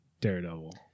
Daredevil